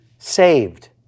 Saved